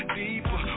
deeper